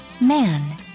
Man